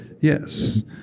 Yes